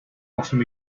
washing